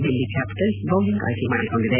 Delhi capitals bowling ಆಯ್ಲೆ ಮಾಡಿ ಕೊಂಡಿದೆ